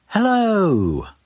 Hello